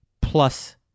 Plus